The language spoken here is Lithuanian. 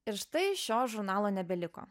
ir štai šio žurnalo nebeliko